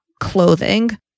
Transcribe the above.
clothing